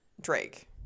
Drake